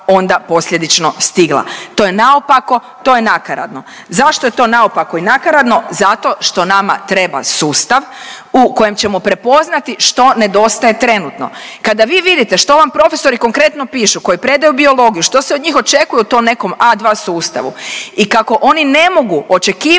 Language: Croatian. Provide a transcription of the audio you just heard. onda posljedično stigla. To je naopako, to je nakaradno. Zašto je to naopako i nakaradno? Zato što nama treba sustav u kojem ćemo prepoznati što nedostaje trenutno. Kada vi vidite što vam profesori konkretno pišu koji predaju biologiju, što se od njih očekuje u tom nekom A2 sustavu i kako oni ne mogu očekivati